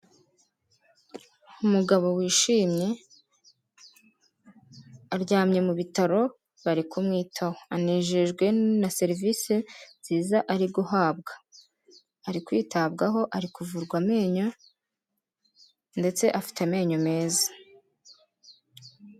Umugabo wishimye, aryamye mu bitaro bari kumwitaho, anejejwe na serivisi nziza ari guhabwa, ari kwitabwaho, ari kuvurwa amenyo ndetse afite amenyo meza.